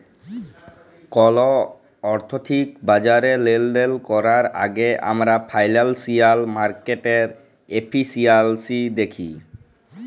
call আথ্থিক বাজারে লেলদেল ক্যরার আগে আমরা ফিল্যালসিয়াল মার্কেটের এফিসিয়াল্সি দ্যাখি